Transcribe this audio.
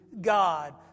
God